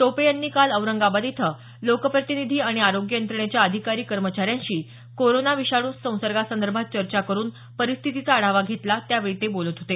टोपे यांनी काल औरंगाबाद इथं लोकप्रतिनिधी आणि आरोग्य यंत्रणेच्या अधिकारी कर्मचाऱ्यांशी कोरोना विषाणू संसर्गासंदर्भात चर्चा करून परिस्थितीचा आढावा घेतला त्यावेळी ते बोलत होते